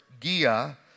Gia